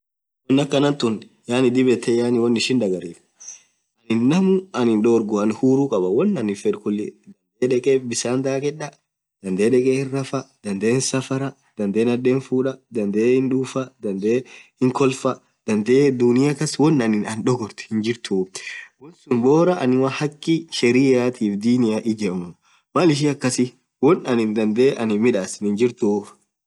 won akhan thun dhib yethee yaani won ishin dhagariftu naamu anin dhorghuu uhuruu khabaa won anifeth khulii dhandhe dhekhe bisan hindhakedha dhandhe dhekhe hirafaa dhandhe hinsafarah dhandhe nadhen hinfudha dhandhe hidhufaa dhandhe hinkholfaa dhandhe dhunia khas won Anna dhogorthu hinjrthu wonsun boraa annumaa hakki sheriatif Dinia ijemuu Mal ishin akhas won anin dhandhe hinmdhasin hinjirtuu